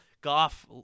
Goff